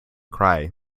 cry